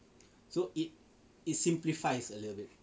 so it it simplifies a little bit